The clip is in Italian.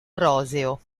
roseo